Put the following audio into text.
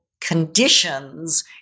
conditions